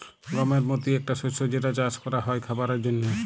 গমের মতি একটা শস্য যেটা চাস ক্যরা হ্যয় খাবারের জন্হে